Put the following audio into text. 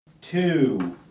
two